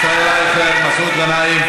ישראל אייכלר, מסעוד גנאים,